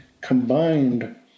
Combined